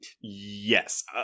Yes